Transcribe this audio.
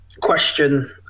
question